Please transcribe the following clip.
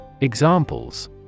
Examples